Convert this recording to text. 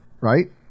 right